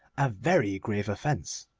a very grave offence.